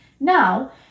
Now